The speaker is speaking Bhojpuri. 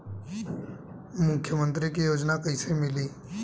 मुख्यमंत्री के योजना कइसे मिली?